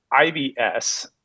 IBS